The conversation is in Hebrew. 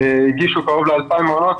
הגישו קרוב ל-2,000 מעונות,